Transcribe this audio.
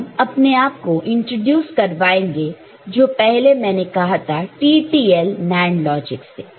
अब हम अपने आपको इंट्रोड्यूस करवाएंगे जो पहले मैंने कहा था TTL NAND लॉजिक से